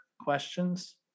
questions